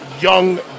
young